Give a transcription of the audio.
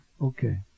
Okay